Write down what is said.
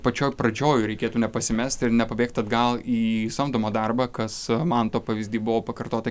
pačioj pradžioj reikėtų nepasimest ir nepabėgt atgal į samdomą darbą kas manto pavyzdy buvo pakartota